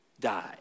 die